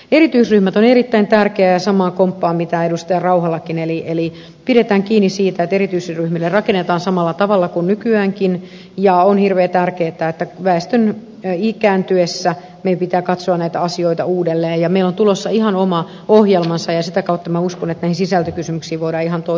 erityisryhmät ovat erittäin tärkeät ja samaa komppaan mitä edustaja rauhalakin eli pidetään kiinni siitä että erityisryhmille rakennetaan samalla tavalla kuin nykyäänkin ja on hirveän tärkeätä että väestön ikääntyessä meidän pitää katsoa näitä asioita uudelleen ja meillä on tulossa ihan oma ohjelmansa ja sitä kautta minä uskon että näihin sisältökysymyksiin voidaan ihan toisella tavalla mennä